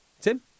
Tim